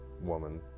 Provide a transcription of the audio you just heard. woman